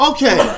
Okay